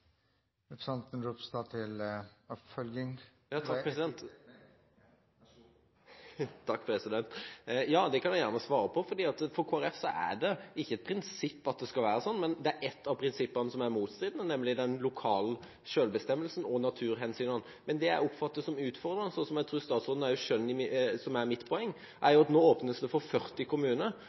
Det kan jeg gjerne svare på. For Kristelig Folkeparti er det ikke et prinsipp at det skal være sånn, men et prinsipp er motstridende, nemlig den lokale selvbestemmelsen opp mot naturhensynene. Men det jeg oppfatter som utfordrende, og som jeg tror statsråden også skjønner er mitt poeng, er at det nå åpnes for 40 kommuner.